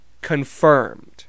confirmed